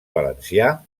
valencià